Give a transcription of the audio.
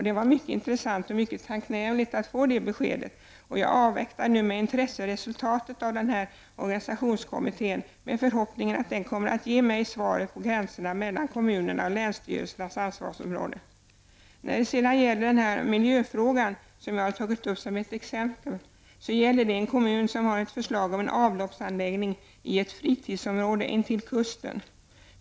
Det var mycket intressant och mycket tacknämligt att få det beskedet, och jag avvaktar nu med intresse resultatet av organisationskommitténs arbete, med förhoppningen att den kommer att ge mig svaret beträffande gränserna mellan kommunernas och länsstyrelsernas ansvarsområde. När det sedan gäller den här miljöfrågan som jag har tagit upp som exempel är det fråga om en kommun som har ett förslag om en anloppsanläggning i ett fritidsområde intill kusten.